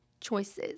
choices